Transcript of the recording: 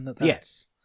Yes